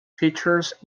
features